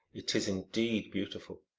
it is indeed beautiful!